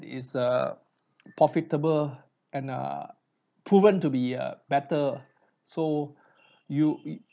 is err profitable and err proven to be uh better so you you